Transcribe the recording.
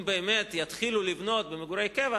אם באמת יתחילו לבנות מגורי קבע,